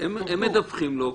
אז הם מדווחים לו.